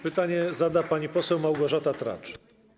Pytanie zada pani poseł Małgorzata Tracz.